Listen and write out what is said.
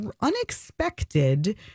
unexpected